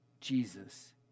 Jesus